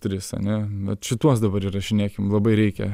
tris ane bet šituos dabar įrašinėkim labai reikia